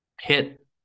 hit